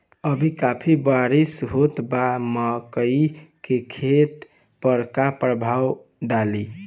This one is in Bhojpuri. अभी काफी बरिस होत बा मकई के खेत पर का प्रभाव डालि?